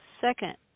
second